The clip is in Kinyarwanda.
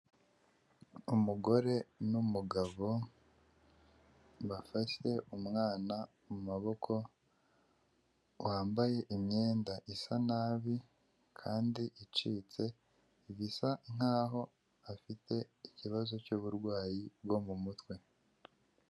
Umugore n'umugabo bafashe umwana mu maboko wambaye imyenda isa nabi kandi icitse ibisa nkaho afite ikibazo cy'uburwayi bwo mu mutwe.